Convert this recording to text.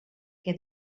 què